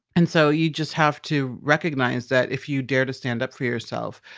and so you just have to recognize that if you dare to stand up for yourself,